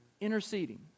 Interceding